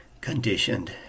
conditioned